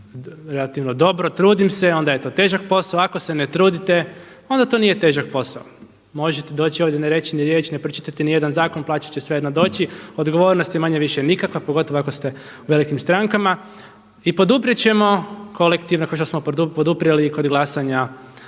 relativno dobro, trudim se onda je to težak posao, ako se ne trudite onda to nije težak posao. Možete doći ovdje ne reći ni riječ, ne pročitati ni jedan zakon plaća će svejedno doći, odgovornost je manje-više nikakva pogotovo ako ste u velikim strankama. I poduprijet ćemo kolektivno kao što smo poduprijeli i kog glasanja